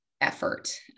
effort